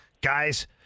guys